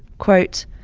quote,